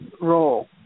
role